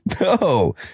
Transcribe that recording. No